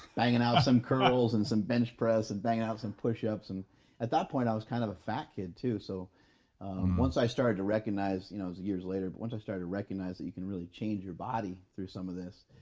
banging out some curls and some bench press and banging out some push-ups. and at that point i was kind of a fat kid too, so once i started to recognize you know years later, but once i started to recognize that you can really change your body through some of this,